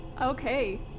okay